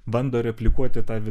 bando replikuoti tą